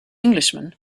englishman